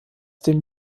dem